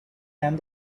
and